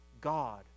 God